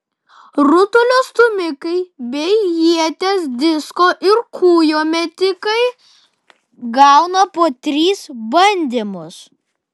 rutulio stūmikai bei ieties disko ir kūjo metikai gauna po tris bandymus